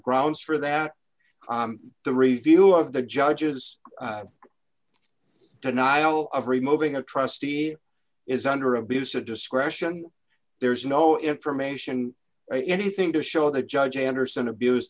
grounds for that the review of the judge's denial of removing a trustee is under abuse of discretion there is no information anything to show the judge anderson abused